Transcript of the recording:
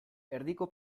erdiko